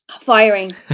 firing